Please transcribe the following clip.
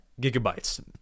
gigabytes